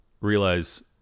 realize